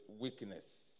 weakness